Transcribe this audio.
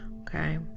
okay